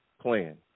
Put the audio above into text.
plan